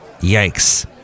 Yikes